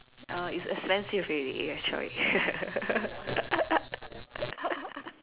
uh it's expensive really actually